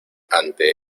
ante